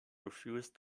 refused